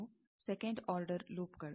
ಅವು second order ಲೂಪ್ಗಳು